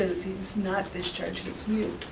if he's not discharged, it's moot,